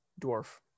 dwarf